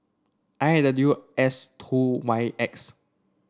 I W S two Y X